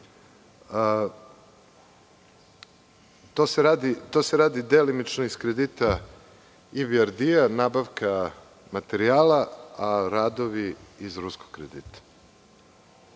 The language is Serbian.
To se radi delimično iz kredita IBRD, nabavka materijala, a radovi iz ruskog kredita. Kada